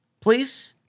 Please